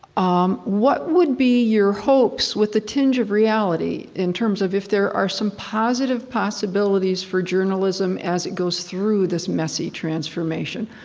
um, what would be your hopes with a tinge of reality in terms of if there are some positive possibilities for journalism as it goes through this messy transformation?